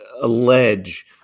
allege